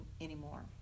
anymore